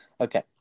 Okay